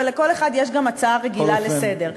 ולכל אחד יש גם הצעה רגילה לסדר-היום.